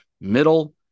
middle